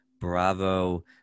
Bravo